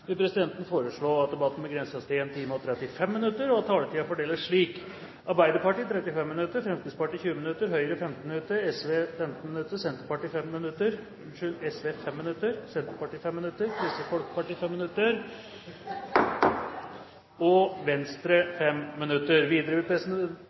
vil presidenten foreslå at debatten begrenses til 1 time og 35 minutter, og at taletiden fordeles slik: Arbeiderpartiet 35 minutter, Fremskrittspartiet 20 minutter, Høyre 15 minutter, Sosialistisk Venstreparti 5 minutter, Senterpartiet 5 minutter, Kristelig Folkeparti 5 minutter og